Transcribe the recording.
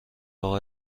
اقا